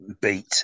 beat